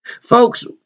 Folks